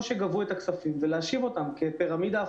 שגבו את הכספים ולהשיב אותם כפירמידה הפוכה.